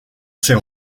ses